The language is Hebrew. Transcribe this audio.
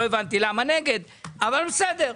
לא הבנתי למה נגד, אבל בסדר.